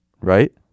right